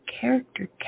character